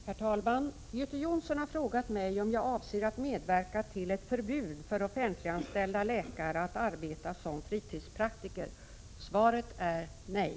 Herr talman! Göte Jonsson har frågat mig om jag avser att medverka till ett förbud för offentliganställda läkare att arbeta som fritidspraktiker. Svaret är nej.